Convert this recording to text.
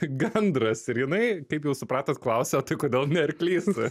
gandras ir jinai kaip jau supratot klausia o tai kodėl ne arklys